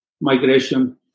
migration